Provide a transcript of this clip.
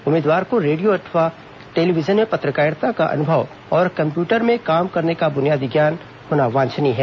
उम्मीदवार को रेडियो अथवा टेलीविजन में पत्रकारिता का अनुभव और कम्प्यूटर में काम करने का बुनियादी ज्ञान होना वांछनीय है